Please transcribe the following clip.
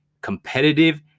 competitive